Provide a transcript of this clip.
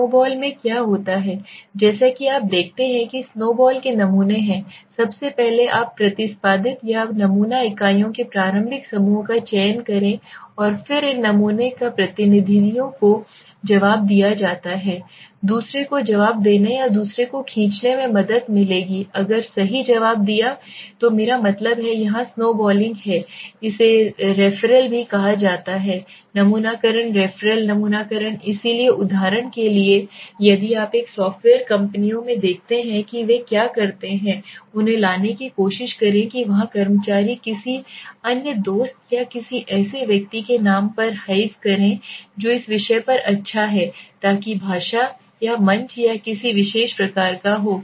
snow ball में क्या होता है जैसा कि आप देखते हैं कि स्नो बॉल के नमूने हैं सबसे पहले आप प्रतिसादित या नमूना इकाइयों के प्रारंभिक समूह का चयन करें और फिर इन नमूने का प्रतिनिधियों का जवाब दिया जाता है दूसरे को जवाब देने या दूसरे में खींचने में मदद मिलेगी अगर सही जवाब दियातो मेरा मतलब है यहाँ स्नोबॉलिंग है इसे रेफरल भी कहा जाता है नमूनाकरण रेफरल नमूनाकरण इसलिए उदाहरण के लिए यदि आप एक सॉफ्टवेयर कंपनियों में देखते हैं कि वे क्या करते हैं उन्हें लाने की कोशिश करें कि वहां कर्मचारी किसी अन्य दोस्त या किसी ऐसे व्यक्ति के नाम पर हाइव करें जो इस विषय पर अच्छा है ताकि भाषा या मंच या किसी विशेष प्रकार का हो